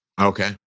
Okay